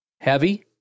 heavy